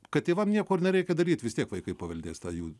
kad tėvam nieko ir nereikia daryt vis tiek vaikai paveldės tą jų